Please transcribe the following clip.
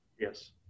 Yes